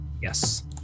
Yes